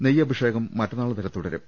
നെയ്യഭി ഷേകം മറ്റന്നാൾവരെ തുടരും